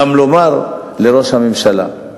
גם לומר לראש הממשלה: